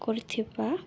କରୁଥିବା